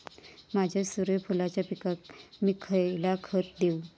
माझ्या सूर्यफुलाच्या पिकाक मी खयला खत देवू?